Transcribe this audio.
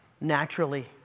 naturally